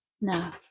no